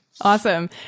Awesome